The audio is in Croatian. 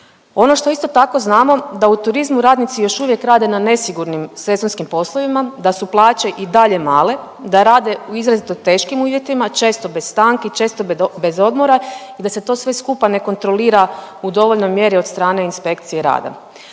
Ono što isto tako znamo da u turizmu radnici još uvijek rade na nesigurnim sezonskim poslovima, da su plaće i dalje male, da rade u izrazito teškim uvjetima, često bez stanki, često bez odmora i da se to sve skupa ne kontrolira u dovoljnoj mjeri od strane inspekcije rada.